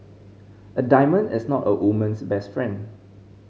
a diamond is not a woman's best friend